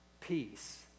Peace